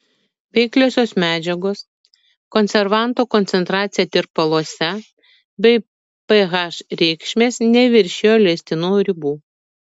veikliosios medžiagos konservanto koncentracija tirpaluose bei ph reikšmės neviršijo leistinų ribų